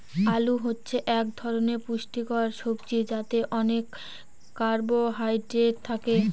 আলু হচ্ছে এক ধরনের পুষ্টিকর সবজি যাতে অনেক কার্বহাইড্রেট থাকে